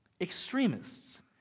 Extremists